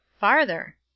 Farther